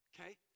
Okay